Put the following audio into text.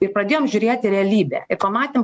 ir pradėjom žiūrėt į realybę ir pamatėm